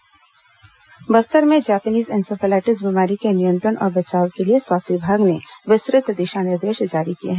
Japanese बुखार निर्देश बस्तर में जैपैनिज इन्सेफेलाइटिस बीमारी के नियंत्रण और बचाव के लिए स्वास्थ्य विभाग ने विस्तृत दिशा निर्देश जारी किए हैं